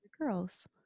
girls